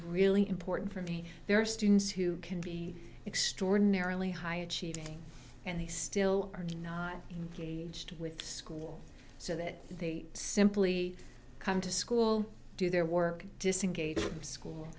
really important for me there are students who can be extraordinarily high achieving and they still are not gauged with school so that they simply come to school do their work disengaged from school